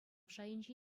шайӗнче